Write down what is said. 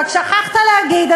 רק שכחת להגיד,